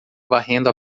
varrendo